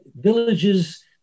villages